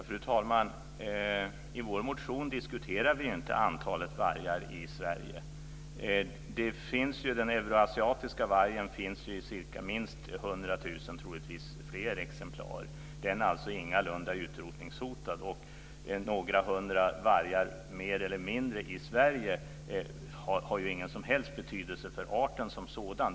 Fru talman! I vår motion diskuterar vi inte antalet vargar i Sverige. Av den euroasiatiska vargen finns minst 100 000 troligtvis fler exemplar. Den är ingalunda utrotningshotad. Några hundra vargar mer eller mindre i Sverige har ingen som helst betydelse för arten som sådan.